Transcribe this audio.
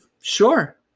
sure